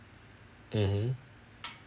mmhmm